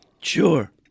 Sure